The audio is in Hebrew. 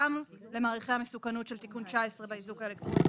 גם למעריכי המסוכנות של תיקון 19 באיזוק האלקטרוני.